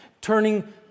turning